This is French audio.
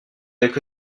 avec